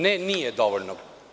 Ne, nije dovoljno.